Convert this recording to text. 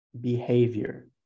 behavior